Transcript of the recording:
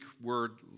word